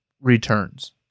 returns